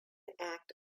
act